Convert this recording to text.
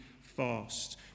fast